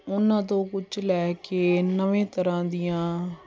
ਉਹਨਾਂ ਤੋਂ ਕੁਝ ਲੈ ਕੇ ਨਵੇਂ ਤਰ੍ਹਾਂ ਦੀਆਂ